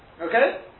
Okay